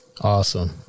Awesome